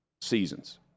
seasons